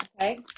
Okay